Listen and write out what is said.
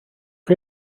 chi